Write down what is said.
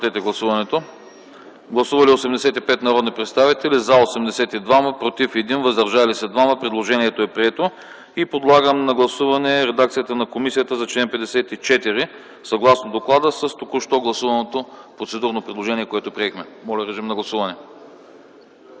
Моля, гласувайте. Гласували 85 народни представители: за 82, против 1, въздържали се 2. Предложението е прието. Подлагам на гласуване редакцията на комисията за чл. 54 съгласно доклада с току-що гласуваното процедурно предложение, което приехме. Моля, гласувайте.